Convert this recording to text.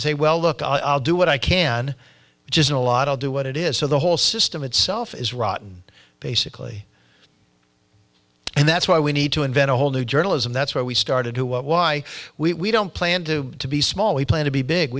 say well look i'll do what i can just a lot of do what it is so the whole system itself is rotten basically and that's why we need to invent a whole new journalism that's where we started who what why we don't plan to be small we plan to be big